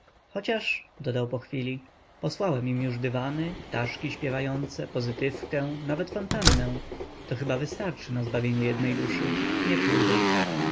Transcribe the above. chociaż dodał po chwili posłałem im już dywany ptaszki śpiewające pozytywkę nawet fontannę to chyba wystarczy na zbawienie jednej duszy nie pójdę